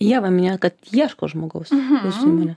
ieva minėjot kad ieško žmogaus visuomenė